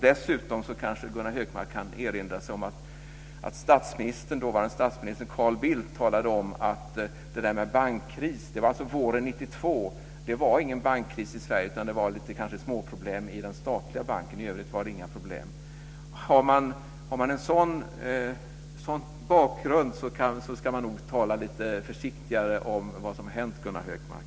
Dessutom kanske Gunnar Hökmark kan erinra sig att dåvarande statsministern Carl Bildt våren 1992 sade att det inte var någon bankkris i Sverige, utan det var kanske lite småproblem i den statliga banken, men i övrigt fanns det inga problem. Fru talman! Har man en sådan bakgrund ska man nog tala lite försiktigare om vad som har hänt, Gunnar Hökmark.